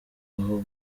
aho